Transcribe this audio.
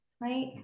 right